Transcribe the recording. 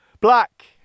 Black